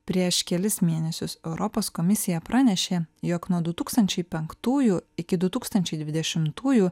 prieš kelis mėnesius europos komisija pranešė jog nuo du tūkstančiai penktųjų iki du tūkstančiai dvidešimtųjų